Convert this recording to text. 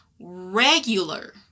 Regular